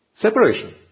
Separation